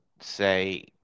say